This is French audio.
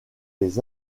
les